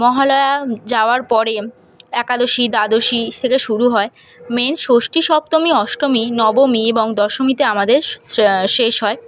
মহালয়া যাওয়ার পরে একাদশী দ্বাদশী থেকে শুরু হয় মেন ষষ্ঠী সপ্তমী অষ্টমী নবমী এবং দশমীতে আমাদের সি শেষ হয়